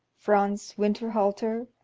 franz winterhalter,